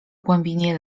głębinie